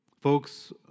Folks